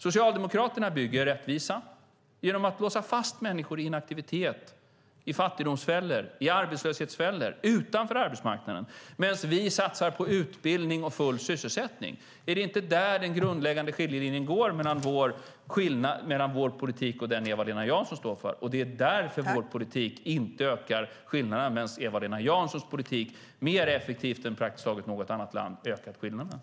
Socialdemokraterna bygger rättvisa genom att låsa fast människor i inaktivitet, i fattigdomsfällor och i arbetslöshetsfällor utanför arbetsmarknaden, medan vi satsar på utbildning och full sysselsättning. Är det inte där den grundläggande skiljelinjen går mellan vår politik och den Eva-Lena Jansson står för? Det är därför vår politik inte ökar skillnaderna medan Eva-Lena Janssons politik mer effektivt än i praktiskt taget något annat land ökar skillnaderna.